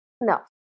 no